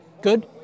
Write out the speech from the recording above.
Good